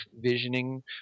visioning